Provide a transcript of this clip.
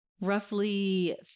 roughly